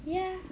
ya